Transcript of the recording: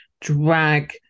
drag